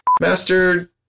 Master